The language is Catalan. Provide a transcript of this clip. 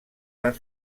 van